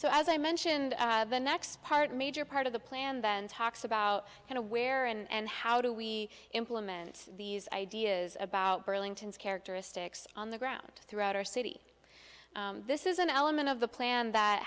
so as i mentioned the next part major part of the plan then talks about where and how do we implement these ideas about burlington's characteristics on the ground throughout our city this is an element of the plan that